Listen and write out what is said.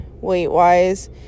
weight-wise